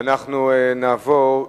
ואנחנו נעבור,